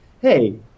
hey